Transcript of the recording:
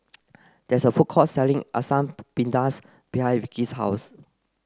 there is a food court selling Asam Pedas behind Vicky's house